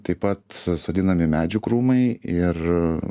taip pat sodinami medžių krūmai ir